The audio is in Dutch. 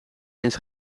eens